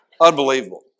Unbelievable